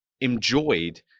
enjoyed